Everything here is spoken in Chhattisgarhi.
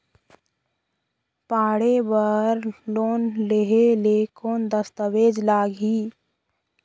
पढ़े बर लोन लहे ले कौन दस्तावेज लगही?